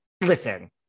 Listen